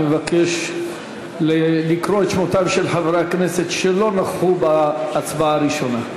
אני מבקש לקרוא את שמותיהם של חברי הכנסת שלא נכחו בהצבעה הראשונה.